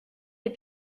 des